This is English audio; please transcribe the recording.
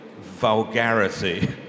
vulgarity